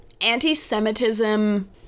anti-Semitism